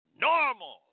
normal